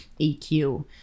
EQ